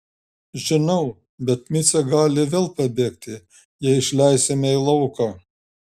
žinau bet micė gali vėl pabėgti jei išleisime į lauką